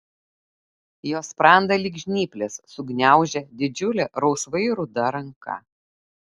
jo sprandą lyg žnyplės sugniaužė didžiulė rausvai ruda ranka